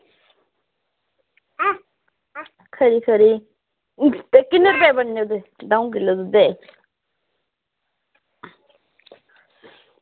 खरी खरी अ किन्ने रपे बनी जाह्गे दंऊ किलो दुद्धे दे